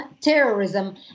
terrorism